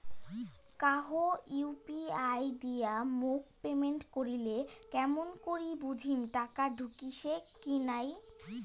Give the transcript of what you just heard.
কাহো ইউ.পি.আই দিয়া মোক পেমেন্ট করিলে কেমন করি বুঝিম টাকা ঢুকিসে কি নাই?